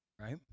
right